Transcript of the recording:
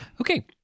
Okay